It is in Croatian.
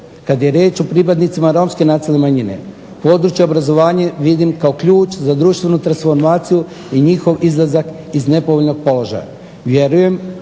kada je riječ o pripadnicima romske nacionalne manjine, područje obrazovanja vidim kao ključ za društvenu transformaciju i njihov izlazak iz nepovoljnog položaja.